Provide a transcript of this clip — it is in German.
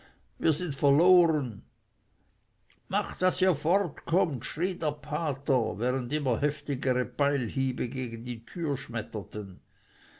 wir sind verloren macht daß ihr fortkommt schrie der pater während immer heftigere beilhiebe gegen die türe schmetterten